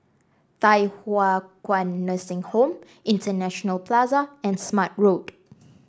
Thye Hua Kwan Nursing Home International Plaza and Smart Road